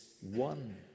one